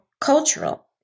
cultural